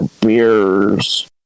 Beers